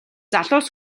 залуус